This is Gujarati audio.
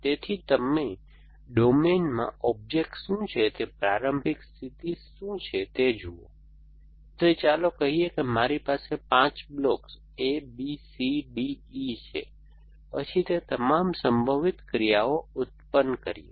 તેથી તમે ડોમેનમાં ઑબ્જેક્ટ્સ શું છે તે પ્રારંભિક સ્થિતિ શું છે તે જુઓ તેથી ચાલો કહીએ કે મારી પાસે 5 blocks A B C D E છે પછી તે તમામ સંભવિત ક્રિયાઓ ઉત્પન્ન કરીયે